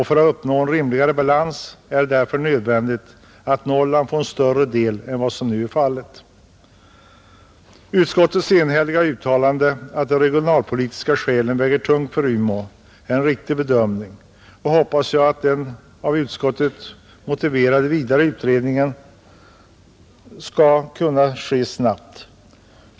För att uppnå en rimligare balans är det nödvändigt att Norrland får en större andel än vad som nu är fallet. Utskottets enhälliga uttalande att de regionalpolitiska skälen väger tungt för Umeå är en riktig bedömning, och jag hoppas att den av utskottet motiverade vidare utredningen skall kunna ske snabbt.